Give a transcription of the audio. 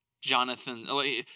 Jonathan